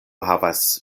havas